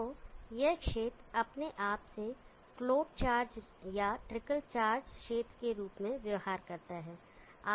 तो यह क्षेत्र अपने आप से फ्लोट चार्ज या ट्रिकल चार्ज क्षेत्र के रूप में व्यवहार करता है